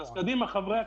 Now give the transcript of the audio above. אז קדימה, חברי הכנסת,